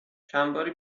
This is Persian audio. چندباری